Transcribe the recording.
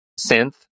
synth